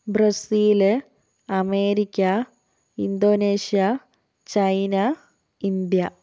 Brazil America Indonesia China India